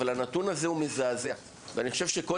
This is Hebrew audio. אבל הנתון הזה הוא מזעזע ואני חושב שכל